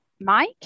Mike